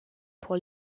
pour